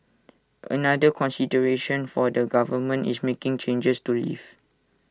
another consideration for the government is making changes to leave